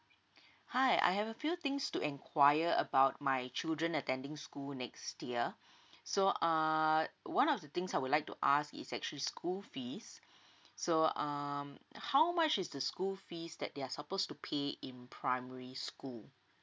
hi I have a few things to enquire about my children attending school next year so uh one of the things I would like to ask is actually school fees so um how much is the school fees that they're supposed to pay in primary school